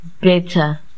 better